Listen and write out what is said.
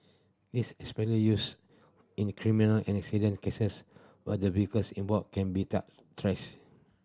this especially use in the criminal and accident cases where the vehicles involved can be traced